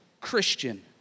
Christian